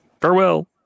Farewell